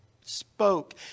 spoke